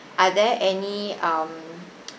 are there any um